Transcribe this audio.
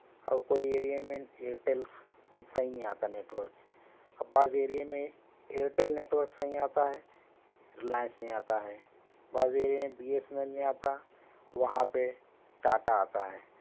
اور کوئی ایریے میں ایئرٹیل صحیح نہیں آتا نیٹ ورک اب بعض ایریے میں ایئرٹیل نیٹ ورک صحیح آتا ہے ریلائنس نہیں آتا ہے بعض ایریے میں بی ایس این ایل نہیں آتا وہاں پہ ٹاٹا آتا ہے